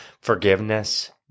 forgiveness